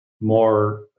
more